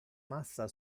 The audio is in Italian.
massa